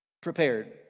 prepared